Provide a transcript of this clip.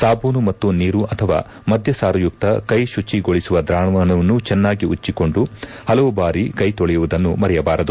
ಸಾಬೂನು ಮತ್ತು ನೀರು ಅಥವಾ ಮದ್ಯಸಾರಯುಕ್ತ ಕೈಸುಚಿಗೊಳಿಸುವ ದ್ರಾವಣವನ್ನು ಚೆನ್ನಾಗಿ ಉಜ್ಜಿಕೊಂಡು ಹಲವು ಬಾರಿ ಕೈ ತೊಳೆಯುವುದನ್ನು ಮರೆಯಬಾರದು